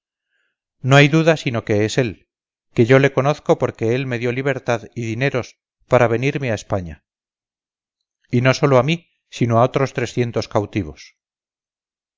no hay duda sino que es él que yo le conozco porque él me dio libertad y dineros para venirme a españa y no sólo a mí sino a otros trescientos cautivos